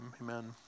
Amen